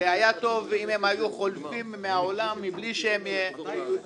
והיה טוב אם הם היו חולפים מהעולם מבלי שהם שיובאו